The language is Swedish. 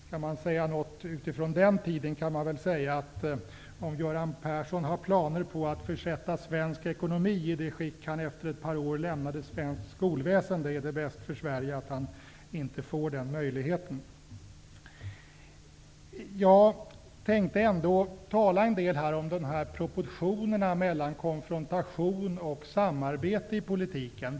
Skall man säga någonting utifrån den tiden kan man säga att om Göran Persson har planer på att försätta svensk ekonomi i det skick i vilket han efter ett par år lämnade svenskt skolväsende, är det bäst för Sverige att han inte får den möjligheten. Jag tänkte tala om proportionerna mellan konfrontation och samarbete i politiken.